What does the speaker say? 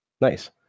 Nice